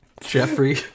Jeffrey